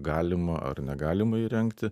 galima ar negalima įrengti